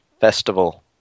festival